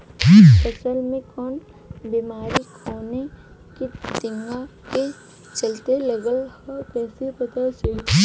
फसल में कवन बेमारी कवने कीट फतिंगा के चलते लगल ह कइसे पता चली?